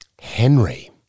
Henry